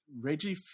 Reggie